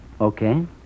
Okay